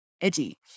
edgy